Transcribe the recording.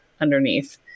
underneath